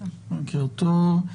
בוקר טוב.